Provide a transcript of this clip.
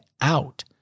out